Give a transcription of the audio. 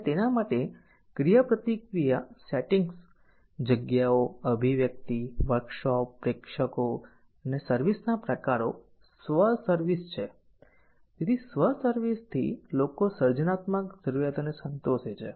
અને તેના માટે ક્રિયાપ્રતિક્રિયા સેટિંગ્સ જગ્યાઓ અભિવ્યક્તિ વર્કશોપ પ્રેક્ષકો અને સર્વિસ ના પ્રકારો સ્વ સર્વિસ છે તેથી સ્વ સર્વિસ થી લોકો સર્જનાત્મક જરૂરિયાતને સંતોષે છે